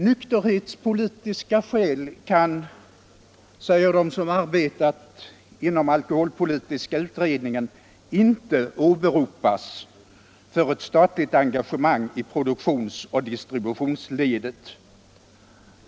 Nykterhetspolitiska skäl kan, säger de som har arbetat inom alkoholpolitiska utredningen, inte åberopas för ett statligt engagemang i produktionsoch distributionsleden.